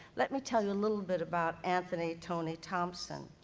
let me tell you a little bit about anthony tony thompson.